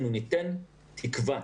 אנחנו ניתן תקווה.